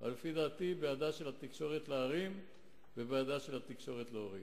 אבל לפי דעתי בידה של התקשורת להרים ובידה של התקשורת להוריד.